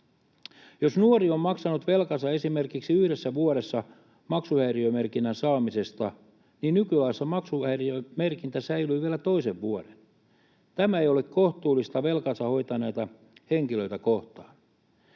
Jos nuori on maksanut velkansa esimerkiksi yhdessä vuodessa maksuhäiriömerkinnän saamisesta, niin nykyään se maksuhäiriömerkintä säilyy vielä toisen vuoden. Tämä ei ole kohtuullista velkansa hoitaneita henkilöitä kohtaan.